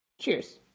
Cheers